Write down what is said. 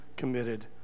committed